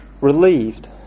relieved